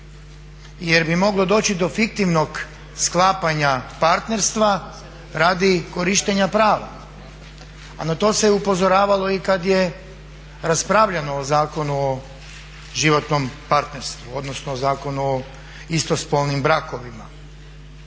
jer bi moglo doći do fiktivnog sklapanja partnerstva radi korištenja prava, a na to se je upozoravalo i kad je raspravljano o Zakonu o životnom partnerstvu odnosno Zakonu o istospolnim brakovima.